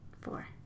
four